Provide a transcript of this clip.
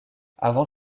avant